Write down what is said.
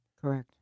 Correct